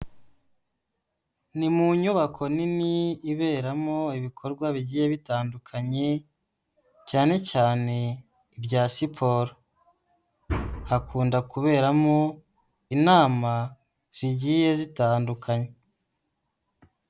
Ni mu nyubako nini, iberamo ibikorwa bigiye bitandukanye, cyane cyane ibya siporo. Hakunda kuberamo inama, zigiye zitandukanye.